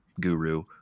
guru